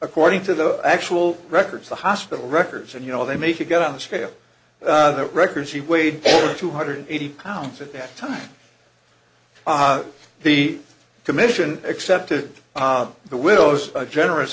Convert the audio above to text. according to the actual records the hospital records and you know they make you go on the scale of the records he weighed two hundred eighty pounds at that time the commission accepted the widow's a generous